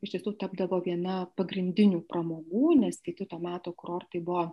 iš tiesų tapdavo viena pagrindinių pramogų nes kiti to meto kurortai buvo